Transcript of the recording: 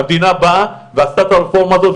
והמדינה באה ועשתה את הרפורמה הזאת,